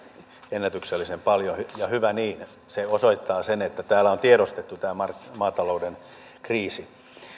ennätyksellisen paljon ja hyvä niin se osoittaa sen että täällä on tiedostettu tämä maatalouden kriisi